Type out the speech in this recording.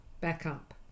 backup